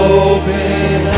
open